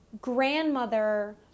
grandmother